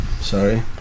Sorry